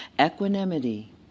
Equanimity